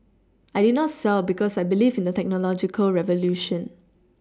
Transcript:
I did not sell because I believe in the technological revolution